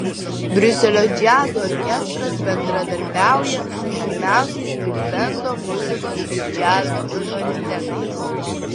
briuselio džiazo orkestras bendradarbiauja su žymiausiais bigbendo muzikos bei džiazo autoritetais